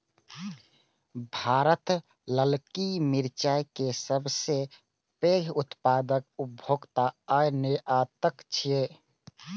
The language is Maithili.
भारत ललकी मिरचाय के सबसं पैघ उत्पादक, उपभोक्ता आ निर्यातक छियै